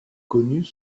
connus